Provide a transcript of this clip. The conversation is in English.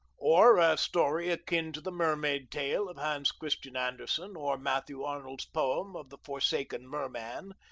or a story akin to the mermaid tale of hans christian andersen, or matthew arnold's poem of the forsaken merman,